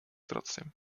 trotzdem